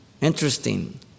interesting